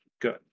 good